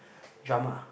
drama